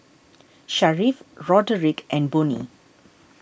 Sharif Roderick and Bonnie